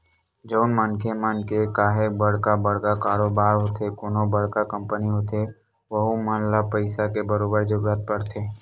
जउन मनखे मन के काहेक बड़का बड़का कारोबार होथे कोनो बड़का कंपनी होथे वहूँ मन ल पइसा के बरोबर जरूरत परथे